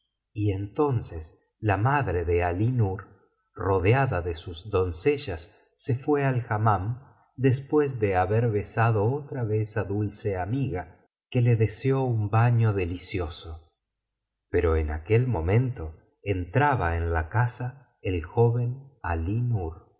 y entonces la madre de alí nur rodeada de sus doncellas se fué al hammam después de haber besado otra vez á dulce amiga que le deseó un bailo delicioso pero en aquel momento entraba en la casa el joven